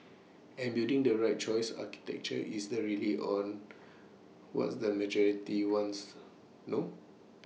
and building the right choice architecture is the rely on was the majority wants no